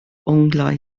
onglau